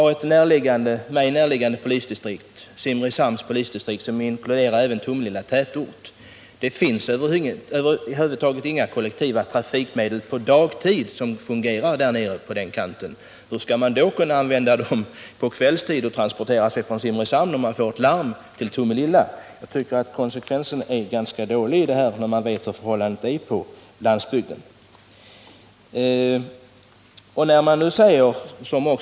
För att välja ett polisdistrikt som ligger nära till hands för mig, nämligen Simrishamns polisdistrikt som inkluderar även Tomelilla tätort, kan jag nämna att det där över huvud taget inte finns några kollektiva transportmedel som fungerar ens på dagen. Hur skall man då kunna använda sådana när man på kvällstid får ett larm från Tomelilla? Justitieministerns besked stämmer ganska dåligt med de förhållanden som råder ute på landsbygden.